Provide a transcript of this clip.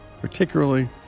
particularly